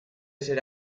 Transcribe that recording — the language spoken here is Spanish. ser